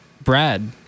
Brad